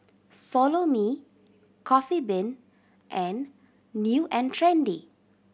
Follow Me Coffee Bean and New and Trendy